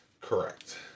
correct